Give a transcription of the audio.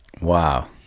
Wow